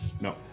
No